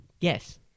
Yes